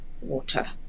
water